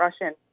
Russian